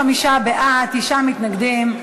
45 בעד, תשעה מתנגדים.